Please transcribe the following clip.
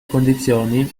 condizioni